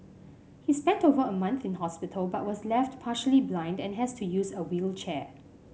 he spent over a month in hospital but was left partially blind and has to use a wheelchair